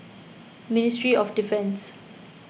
Ministry of Defence